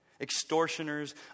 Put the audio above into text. Extortioners